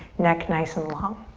neck nice and long.